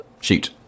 Shoot